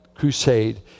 crusade